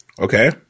Okay